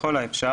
ככל האפשר,